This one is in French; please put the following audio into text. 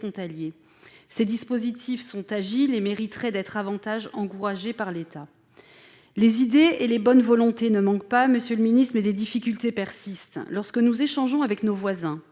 Ces dispositifs sont agiles et mériteraient d'être davantage encouragés par l'État. Les idées et les bonnes volontés ne manquent pas, monsieur le secrétaire d'État, mais des difficultés persistent. Lorsque nous échangeons avec nos voisins